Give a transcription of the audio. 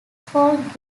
folk